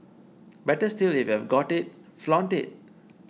better still if you've got it flaunt it